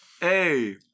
Hey